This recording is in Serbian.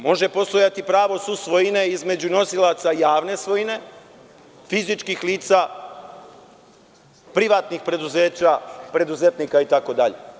Može postojati pravo susvojine između donosilaca javne svojine, fizičkih lica, privatnih preduzeća, preduzetnika, itd.